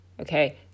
Okay